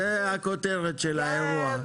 זה הכותרת של האירוע.